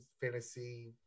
fantasy